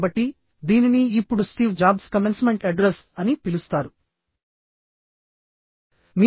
కాబట్టి దీనిని ఇప్పుడు స్టీవ్ జాబ్స్ కమెన్స్మెంట్ అడ్రెస్ అని పిలుస్తారు